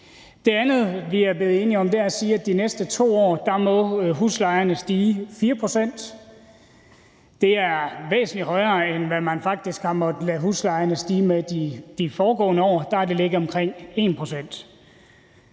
Det andet, vi er blevet enige om, er at sige, at de næste 2 år må huslejerne stige 4 pct. Det er væsentlig højere, end hvad man faktisk har måttet lade huslejerne stige med de foregående år; der har det ligget på omkring 1 pct.